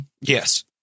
Yes